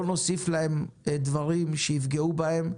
לא נוסיף להם דברים שיפגעו בהם,